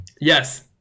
yes